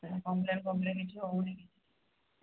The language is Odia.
କମ୍ପ୍ଲେନ୍ କମ୍ପ୍ଲେନ୍ କିଛି ହେଉନି